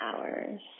hours